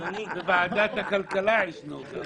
לתת את האיזון הזה שלא נפסיד את החוק שלנו.